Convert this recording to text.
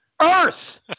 earth